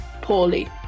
Poorly